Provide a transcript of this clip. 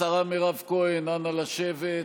השרה מירב כהן, נא לשבת.